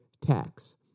tax